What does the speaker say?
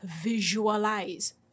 Visualize